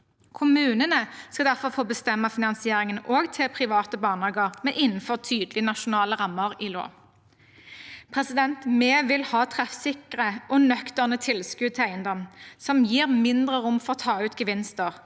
Kommunene skal derfor få bestemme finansieringen også til private barnehager, men innenfor tydelige nasjonale rammer i lov. Vi vil ha treffsikre og nøkterne tilskudd til eiendom som gir mindre rom for å ta ut gevinster.